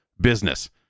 business